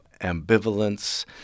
ambivalence